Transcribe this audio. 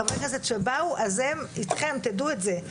חברי הכנסת שבאו, הם אתכם, תדעו את זה.